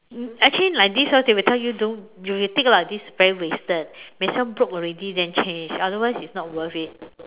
um actually like this orh they will tell you don't you will think lah this is very wasted when this one broke already then change otherwise it's not worth it